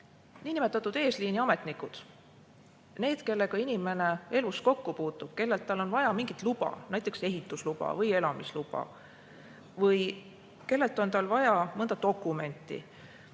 niinimetatud eesliiniametnikke, neid, kellega inimene elus kokku puutub, kui on vaja näiteks ehitus- või elamisluba, või kellelt on tal vaja mõnda dokumenti